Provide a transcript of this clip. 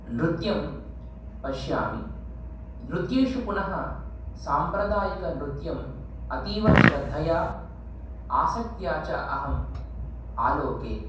नृत्यं पश्यामि नृत्येषु पुनः साम्प्रदायिकनृत्यम् अतीवश्रद्धया आसक्त्या च अहम् आलोके